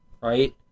Right